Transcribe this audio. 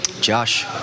Josh